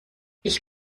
ich